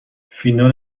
فینال